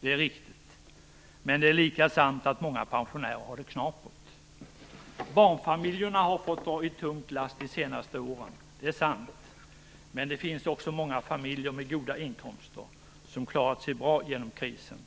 Det är riktigt, men det är lika sant att många pensionärer har det knapert. Barnfamiljerna har fått dra ett tungt lass de senaste åren. Det är sant, men det finns också många familjer med goda inkomster som klarat sig bra genom krisen.